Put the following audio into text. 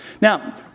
Now